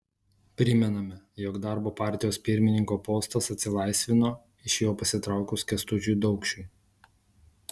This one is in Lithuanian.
primename jog darbo partijos pirmininko postas atsilaisvino iš jo pasitraukus kęstučiui daukšiui